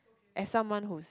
as someone who's